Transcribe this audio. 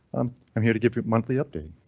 um i'm here to give you monthly updating.